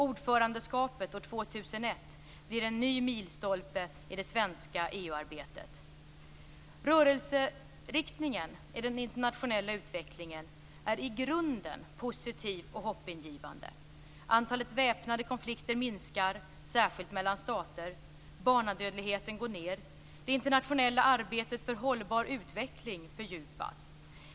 Ordförandeskapet år 2001 blir en ny milstolpe i det svenska EU Rörelseriktningen i den internationella utvecklingen är i grunden positiv och hoppingivande. Antalet väpnade konflikter minskar, särskilt mellan stater. Barnadödligheten går ned. Det internationella arbetet för hållbar utveckling fördjupas.